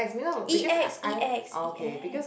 E_X E_X E_X